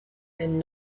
and